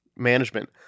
management